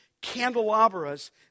candelabras